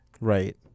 Right